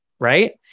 right